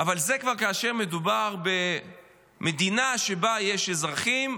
אבל זה כבר כאשר מדובר במדינה שבה יש אזרחים,